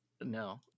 No